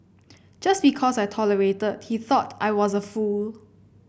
just because I tolerated he thought I was a fool